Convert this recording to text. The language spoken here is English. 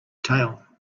tail